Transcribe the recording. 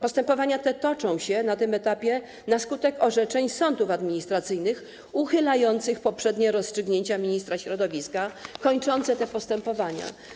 Postępowania te toczą się na tym etapie na skutek orzeczeń sądów administracyjnych uchylających poprzednie rozstrzygnięcia ministra środowiska kończące te postępowania.